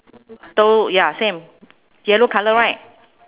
to~ ya same yellow colour right